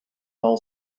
dull